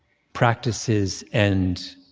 practices and